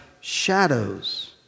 shadows